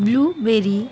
blueberry